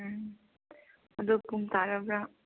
ꯎꯝ ꯑꯗꯨ ꯄꯨꯡ ꯇꯥꯔꯕ꯭ꯔꯥ